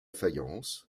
faïence